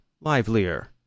livelier